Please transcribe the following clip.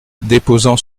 déposant